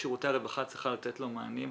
שירותי הרווחה צריכה לתת לו מענים.